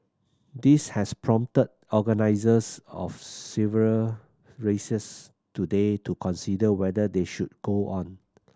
this has prompted organisers of several races today to consider whether they should go on